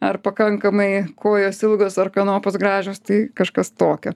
ar pakankamai kojos ilgos ar kanopos gražios tai kažkas tokio